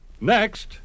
Next